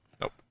Nope